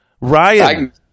Ryan